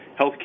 healthcare